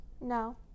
No